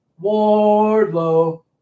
Wardlow